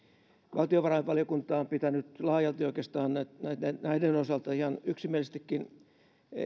valtiovarainvaliokunta on pitänyt laajalti oikeastaan näiden näiden osalta ihan yksimielisestikin